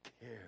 care